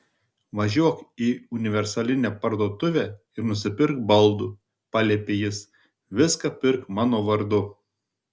važiuok į universalinę parduotuvę ir nusipirk baldų paliepė jis viską pirk mano vardu